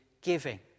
giving